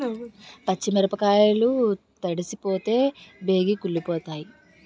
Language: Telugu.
పచ్చి మిరపకాయలు తడిసిపోతే బేగి కుళ్ళిపోతాయి